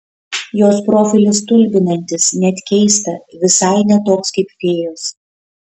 jos profilis stulbinantis net keista visai ne toks kaip fėjos